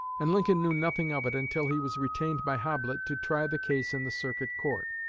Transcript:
and lincoln knew nothing of it until he was retained by hoblit to try the case in the circuit court.